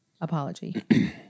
apology